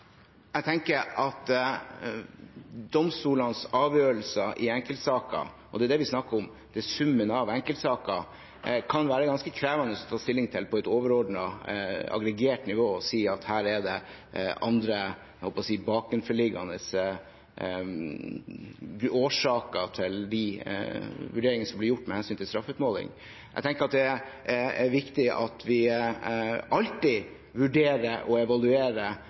Jeg tenker at domstolenes avgjørelser i enkeltsaker – og det er det vi snakker om, det er summen av enkeltsaker – kan være ganske krevende å ta stilling til på et overordnet aggregert nivå og si at her er det andre, jeg holdt på å si, bakenforliggende årsaker til de vurderinger som blir gjort med hensyn til straffeutmåling. Jeg tenker at det er viktig at vi alltid vurderer og